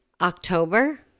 October